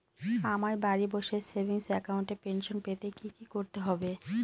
আমায় বাড়ি বসে সেভিংস অ্যাকাউন্টে পেনশন পেতে কি কি করতে হবে?